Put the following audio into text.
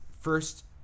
first